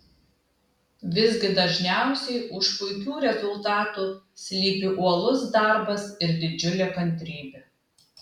visgi dažniausiai už puikių rezultatų slypi uolus darbas ir didžiulė kantrybė